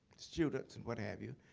students and what have you.